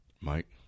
Mike